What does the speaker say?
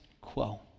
quo